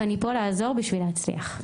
ואני פה לעזור בשביל להצליח.